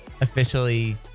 officially